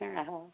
ହଁ ହେଉ